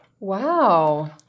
Wow